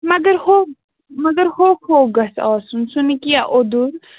مگر ہوٚکھ مگر ہوٚکھ ہوٚکھ گَژھِ آسُن سُہ نہٕ کیٚنٛہہ اوٚدُر